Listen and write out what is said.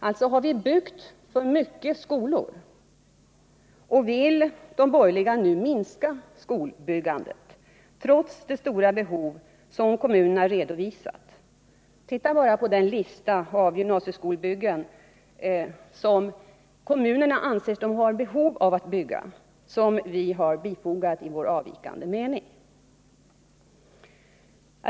Alltså: Har vi byggt för många skolor? Vill de borgerliga nu minska skolbyggandet trots de stora behov som kommunerna redovisat? Titta bara på den lista av gymnasieskolor som kommunerna anser sig ha behov av att bygga som vi har fogat till utbildningsutskottets yttrande i vår avvikande mening.